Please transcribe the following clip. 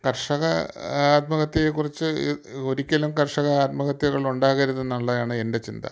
കർഷക ആത്മഹത്യയെ കുറിച്ച് ഒരിക്കലും കർഷക ആത്മഹത്യകൾ ഉണ്ടാകരുത് എന്നുള്ളതാണ് എൻ്റെ ചിന്ത